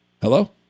Hello